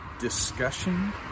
discussion